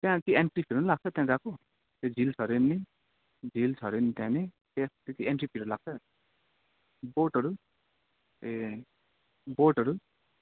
त्यहाँ entry fee नि लाग्छ त्यहाँ गएको त्यहाँ झिल छ अरे नि झिल छ अरे नि त्यहाँ नि एन्ट्री फीहरू लाग्छ बोटहरू ए बोटहरू